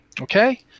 Okay